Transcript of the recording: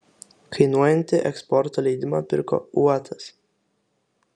kainuojantį eksporto leidimą pirko uotas